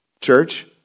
Church